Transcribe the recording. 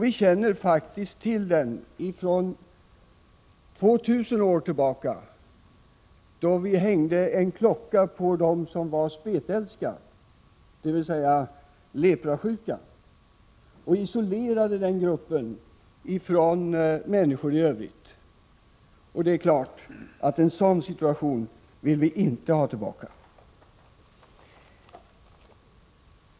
Vi känner faktiskt till den från två tusen år tillbaka, då man hängde klockor på dem som var spetälska, dvs. leprasjuka, och isolerade den gruppen från människor i övrigt. Det är klart att en sådan situation vill vi inte ha tillbaka.